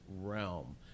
realm